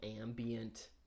ambient